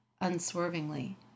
unswervingly